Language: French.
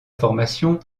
formation